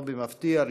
לא במפתיע,